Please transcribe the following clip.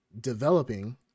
developing